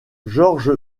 george